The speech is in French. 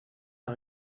par